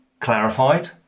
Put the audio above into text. clarified